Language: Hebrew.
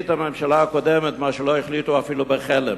הממשלה הקודמת החליטה מה שלא החליטו אפילו בחלם: